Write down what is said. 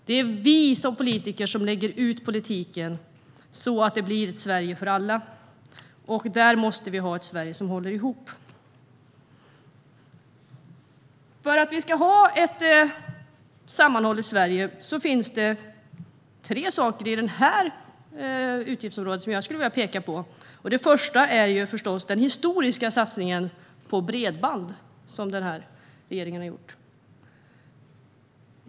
Det är vi som politiker som lägger ut politiken så att det blir ett Sverige för alla. Vi måste ha ett Sverige som håller ihop. Vad gäller ett sammanhållet Sverige finns det tre saker i det här utgiftsområdet som jag skulle vilja peka på. Det första är förstås den historiska satsning på bredband som den här regeringen har gjort.